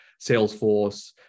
Salesforce